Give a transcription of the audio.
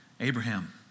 Abraham